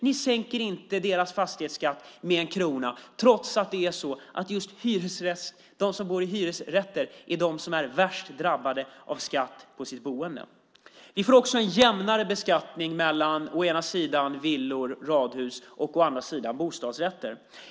Ni sänker inte deras fastighetsskatt med en krona, trots att det just är de som bor i hyresrätter som är värst drabbade av skatt på sitt boende. Vi får också en jämnare beskattning mellan å ena sidan villor, radhus och å andra sidan bostadsrätter.